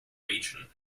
region